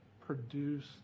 produce